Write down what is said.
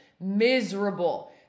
miserable